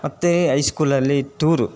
ಮತ್ತು ಹೈಸ್ಕೂಲಲ್ಲಿ ಟೂರು